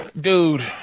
Dude